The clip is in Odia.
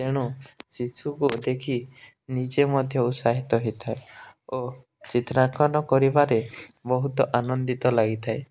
ତେଣୁ ଶିଶୁକୁ ଦେଖି ନିଜେ ମଧ୍ୟ ଉତ୍ସାହିତ ହେଇଥାଏ ଓ ଚିତ୍ରାଙ୍କନ କରିବାରେ ବହୁତ ଆନନ୍ଦିତ ଲାଗିଥାଏ